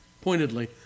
pointedly